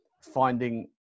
finding